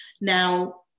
Now